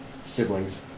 siblings